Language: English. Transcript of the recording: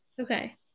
Okay